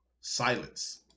Silence